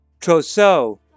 trousseau